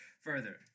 further